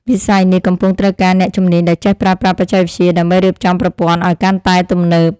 វិស័យនេះកំពុងត្រូវការអ្នកជំនាញដែលចេះប្រើប្រាស់បច្ចេកវិទ្យា ដើម្បីរៀបចំប្រព័ន្ធឱ្យកាន់តែទំនើប។